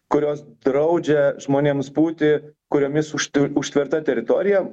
kurios draudžia žmonėms būti kuriomis užt užtverta teritorija